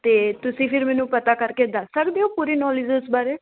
ਅਤੇ ਤੁਸੀਂ ਫਿਰ ਮੈਨੂੰ ਪਤਾ ਕਰਕੇ ਦੱਸ ਸਕਦੇ ਹੋ ਪੂਰੀ ਨੌਲੇਜਿਸ ਇਸ ਬਾਰੇ